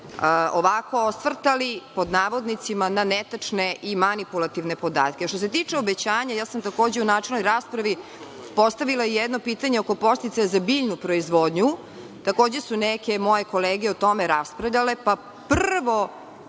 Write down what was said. ovako osvrtali, pod navodnicima na netačne i manipulativne podatke. Što se tiče obećanja, ja sam takođe u načelnoj raspravi postavila jedno pitanje oko podsticaja za biljnu proizvodnju, takođe su neke moje kolege o tome raspravljale. Prvo